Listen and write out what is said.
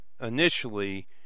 initially